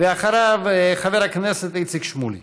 ואחריו חבר הכנסת איציק שמולי.